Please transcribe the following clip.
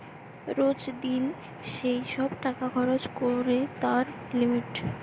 রোজ দিন যেই সব টাকা খরচ করে তার লিমিট